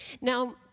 Now